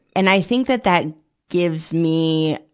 and i think that that gives me,